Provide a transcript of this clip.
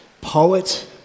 poet